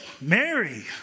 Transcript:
Mary